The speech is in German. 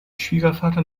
schwiegervater